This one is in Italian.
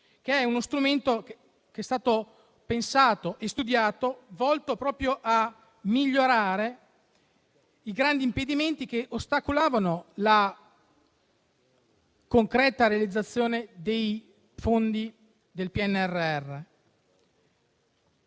che è uno strumento che è stato pensato e studiato proprio per attenuare i grandi impedimenti che ostacolavano la concreta realizzazione dei fondi del PNRR.